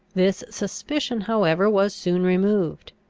this suspicion however was soon removed.